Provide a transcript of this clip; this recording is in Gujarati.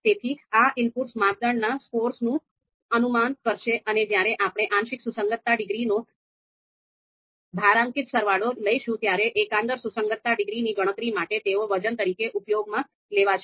તેથી આ ઇનપુટ્સ માપદંડના સ્કોર્સનું અનુમાન કરશે અને જ્યારે આપણે આંશિક સુસંગતતા ડિગ્રીનો ભારાંકિત સરવાળો લઈશું ત્યારે એકંદર સુસંગતતા ડિગ્રીની ગણતરી માટે તેઓ વજન તરીકે ઉપયોગમાં લેવાશે